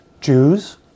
Jews